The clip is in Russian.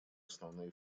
основные